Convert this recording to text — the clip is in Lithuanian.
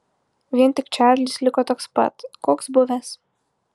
vien tik čarlis liko toks pat koks buvęs